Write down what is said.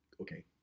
Okay